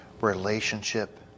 relationship